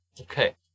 Okay